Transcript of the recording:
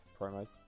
promos